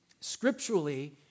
Scripturally